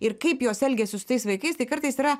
ir kaip jos elgiasi su tais vaikais tai kartais yra